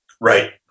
right